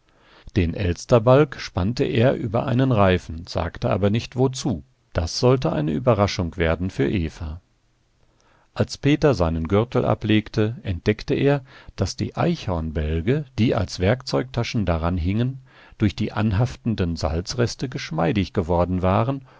den elsterbalg spannte er über einen reifen sagte aber nicht wozu das sollte eine überraschung werden für eva als peter seinen gürtel ablegte entdeckte er daß die eichhornbälge die als werkzeugtaschen daran hingen durch die anhaftenden salzreste geschmeidig geworden waren